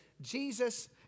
Jesus